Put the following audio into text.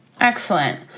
Excellent